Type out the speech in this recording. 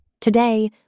Today